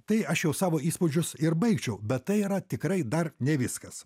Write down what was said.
tai aš jau savo įspūdžius ir baigčiau bet tai yra tikrai dar ne viskas